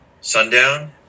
Sundown